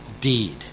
deed